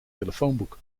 telefoonboek